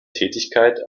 tätigkeit